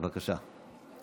בבקשה.